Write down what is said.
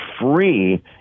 free